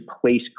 place